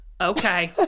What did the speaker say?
Okay